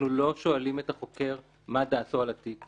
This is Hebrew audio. אנחנו לא שואלים את החוקר מה דעתו על התיק.